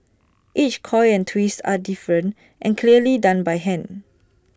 each coil and twist are different and clearly done by hand